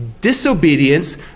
disobedience